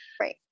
right